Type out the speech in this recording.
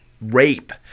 rape